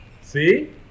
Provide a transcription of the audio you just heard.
See